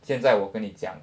现在我跟你讲